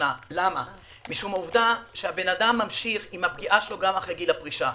שנה משום העובדה שהבן אדם ממשיך עם הפגיעה שלו גם אחרי גיל הפרישה.